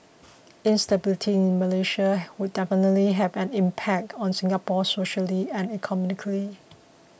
instability in Malaysia would definitely have an impact on Singapore socially and economically